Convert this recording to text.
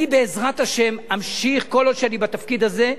אני, בעזרת השם, אמשיך, כל עוד אני בתפקיד הזה,